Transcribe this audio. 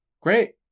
great